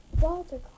Walter